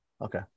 okay